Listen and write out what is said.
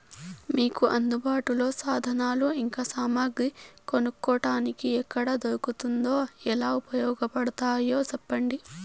మీకు అందుబాటులో సాధనాలు ఇంకా సామగ్రి కొనుక్కోటానికి ఎక్కడ దొరుకుతుందో ఎలా ఉపయోగపడుతాయో సెప్పండి?